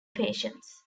patients